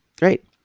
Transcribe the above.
great